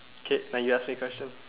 okay now you ask me a question